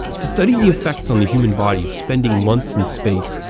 to study the effects on the human body of spending months in space,